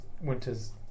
winter's